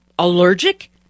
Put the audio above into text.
allergic